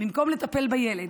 במקום לטפל בילד,